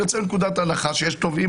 אני יוצא מנקודת הנחה שיש תובעים